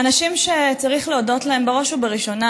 האנשים שצריך להודות להם בראש ובראשונה